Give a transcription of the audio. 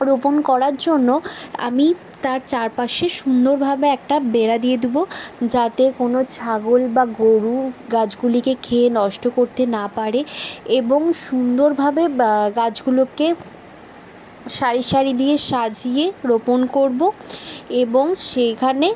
রোপণ করার জন্য আমি তার চারপাশে সুন্দরভাবে একটা বেড়া দিয়ে দেব যাতে কোনো ছাগল বা গরু গাছগুলিকে খেয়ে নষ্ট করতে না পারে এবং সুন্দরভাবে গাছগুলোকে সারি সারি দিয়ে সাজিয়ে রোপণ করব এবং সেইখানে